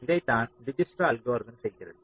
இதைத்தான் Dijkstra algorithm செய்கிறது